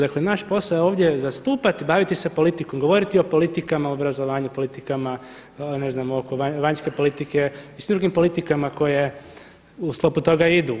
Dakle, naš posao je ovdje zastupati, baviti se politikom, govoriti o politikama u obrazovanju, politikama ne znam oko vanjske politike i svim drugim politikama koje u sklopu toga idu.